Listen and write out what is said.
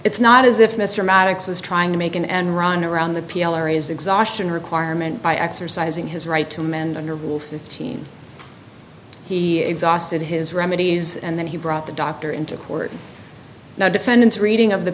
it's not as if mr maddox was trying to make an end run around the p l o areas exhaustion requirement by exercising his right to mend under rule fifteen he exhausted his remedies and then he brought the doctor into court now defendant's reading of the